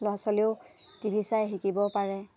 ল'ৰা ছোৱালীয়েও TV চাই শিকিব পাৰে